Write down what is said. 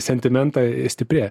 sentimentą e stiprėja